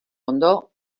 ondo